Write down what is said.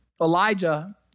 Elijah